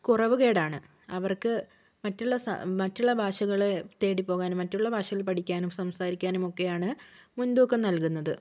കുറവുകേടാണ് അവർക്ക് മറ്റുള്ള സ് മറ്റുള്ള ഭാഷകളെ തേടിപ്പോകാനും മറ്റുള്ള ഭാഷകള് പഠിക്കാനും സംസാരിക്കാനുമൊക്കയാണ് മുൻതൂക്കം നൽകുന്നത്